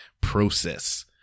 process